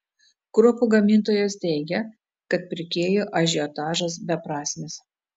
kruopų gamintojas teigia kad pirkėjų ažiotažas beprasmis